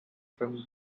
from